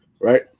right